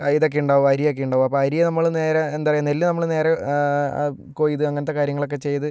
ആ ഇതൊക്കെയുണ്ടാകും അരിയൊക്കെയുണ്ടാകും അപ്പോൾ അരിയെ നമ്മള് നേരെ എന്താ പറയുക നെല്ല് നമ്മള് നേരെ കൊയ്ത് അങ്ങനത്തെ കാര്യങ്ങളക്കെ ചെയ്ത്